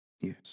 Yes